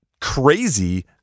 crazy